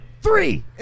Three